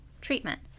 treatment